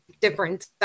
different